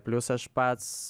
plius aš pats